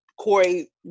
Corey